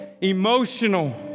emotional